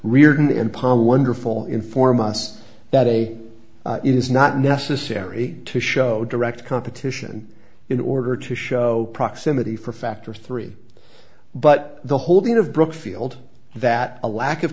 riordan and palmer wonderful inform us that they it is not necessary to show direct competition in order to show proximity for factor three but the holding of brookfield that a lack of